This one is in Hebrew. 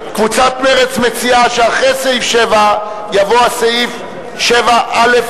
קבוצת מרצ מציעה שאחרי סעיף 7 יבוא סעיף 7א,